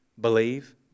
Believe